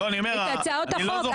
את הצעות החוק.